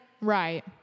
Right